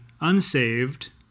unsaved